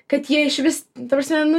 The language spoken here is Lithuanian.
kad jie išvis ta prasme nu